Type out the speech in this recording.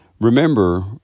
Remember